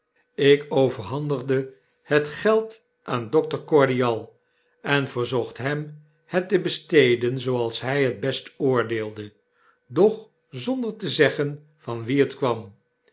ik overhandigde het geld aan dokter cordial en verzocht hem het te besteden zooals hy het best oordeelde doch zonder te zeggen van wie het kwam